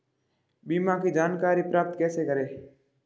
बीमा की जानकारी प्राप्त कैसे करें?